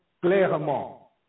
clairement